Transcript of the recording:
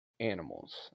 Animals